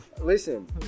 Listen